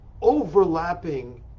overlapping